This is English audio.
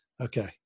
Okay